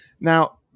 Now